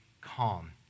calm